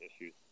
issues